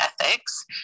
ethics